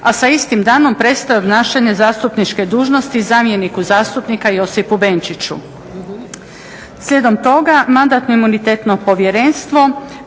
a sa istim danom prestaje obnašanje zastupničke dužnosti zamjeniku zastupnika Josipu Benčiću. Slijedom toga Mandatno-imunitetno povjerenstvo